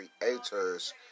creators